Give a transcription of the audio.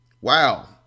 Wow